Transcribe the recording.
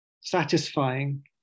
satisfying